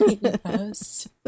Yes